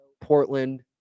Portland